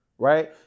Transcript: right